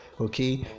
okay